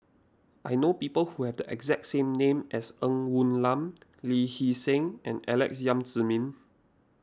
I know people who have the exact same name as Ng Woon Lam Lee Hee Seng and Alex Yam Ziming